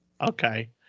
Okay